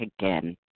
again